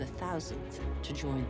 the thousands to join